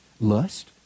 lust